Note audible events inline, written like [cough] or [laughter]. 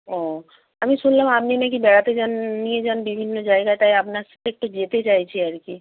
ও আমি শুনলাম আপনি না কি বেড়াতে যান নিয়ে যান বিভিন্ন জায়গা তাই আপনার [unintelligible] একটু যেতে চাইছি আর কি